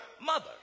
mother